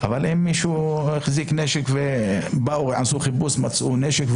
אבל אם מישהו החזיק נשק ומצאו אצלו נשק כשעשו חיפוש,